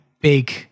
big